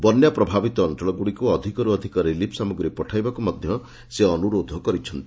ବନ୍ୟା ପ୍ରଭାବିତ ଅଅଳଗୁଡ଼ିକୁ ଅଧିକରୁ ଅଧିକ ରିଲିଫ୍ ସାମଗ୍ରୀ ପଠାଇବାକୁ ମଧ୍ଧ ସେ ଅନୁରୋଧ କରିଛନ୍ତି